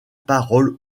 parole